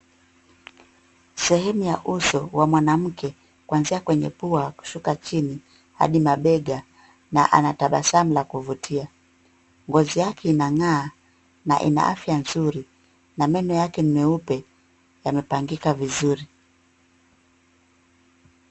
Sehemu ya uso wa mwanamke kuanzia kwenye pua kushuka chini hadi mabega na anatabasamu la kuvutia. Ngozi yake inang'aa na ina afya nzuri na meno yake meupe yamepangika vizuri.